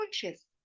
conscious